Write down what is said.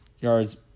yards